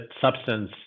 substance